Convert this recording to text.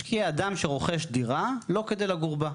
משקיע, אדם שרוכש דירה לא כדי לגור בה,